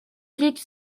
треть